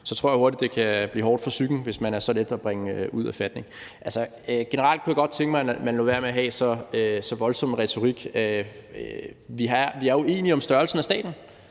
så tror jeg hurtigt, at det kan blive hårdt for psyken, hvis man er så let at bringe ud af fatning. Generelt kunne jeg godt tænke mig, at man lod være med at have så voldsom en retorik. Vi er uenige om størrelsen af staten,